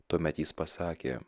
tuomet jis pasakė